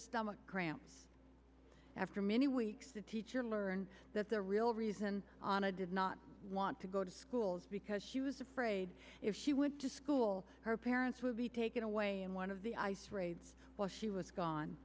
stomach cramps after many weeks the teacher learned that the real reason ana did not want to go to schools because she was afraid if she went to school her parents would be taken away in one of the ice raids while she was gone